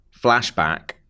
Flashback